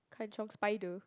kanchiong spider